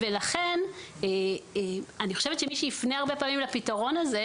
לכן אני חושבת שמי שיפנה הרבה פעמים לפתרון הזה,